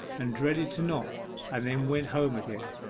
and dreaded to knock and then went home again